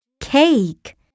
Cake